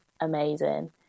amazing